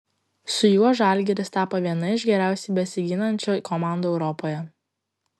su juo žalgiris tapo viena iš geriausiai besiginančių komandų europoje